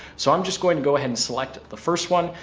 so i'm just going to go ahead and select the first one.